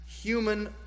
human